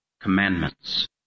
commandments